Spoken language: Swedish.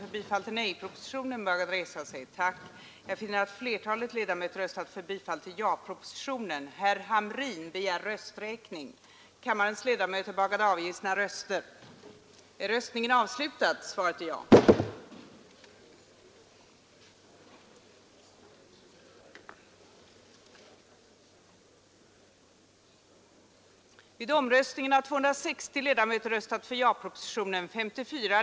Fyra olika nivåer kan därvid urskiljas: För att den trafikförsörjningsplanering som nu utföres av länsstyrelsernas planeringsavdelningar på ett effektivt sätt skall kunna samordnas med fjärrtrafiken fordras självfallet kunskap om hur det framtida fjärrtrafiknätet kommer att se ut. Statsmakterna har ännu inte tagit ställning till denna för trafikplaneringen fundamentala fråga.